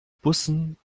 bussen